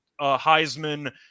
Heisman